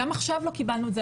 גם עכשיו לא קיבלנו את זה,